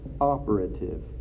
operative